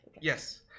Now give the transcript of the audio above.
Yes